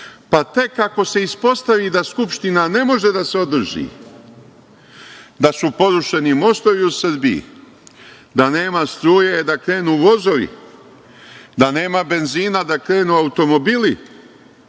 pa tek ako se ispostavi da Skupština ne može da se održi, da su porušeni mostovi u Srbiji, da nema struje da krenu vozovi, da nema benzina da krenu automobili,